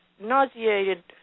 nauseated